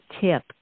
tip